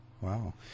wow